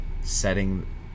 setting